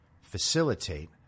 facilitate